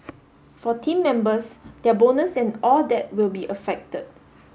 for team members their bonus and all that will be affected